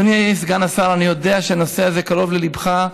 אדוני סגן השר, אני יודע שהנושא הזה קרוב לליבך,